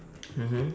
mmhmm